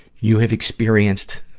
you have experienced,